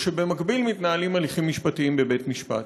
שבמקביל מתנהלים תהליכים משפטיים בבית-המשפט.